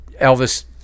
Elvis